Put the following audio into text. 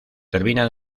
termina